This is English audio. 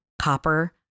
copper